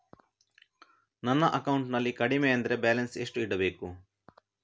ನನ್ನ ಅಕೌಂಟಿನಲ್ಲಿ ಕಡಿಮೆ ಅಂದ್ರೆ ಬ್ಯಾಲೆನ್ಸ್ ಎಷ್ಟು ಇಡಬೇಕು?